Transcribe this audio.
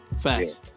facts